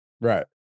Right